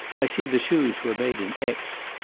i see the shoes were made in aix.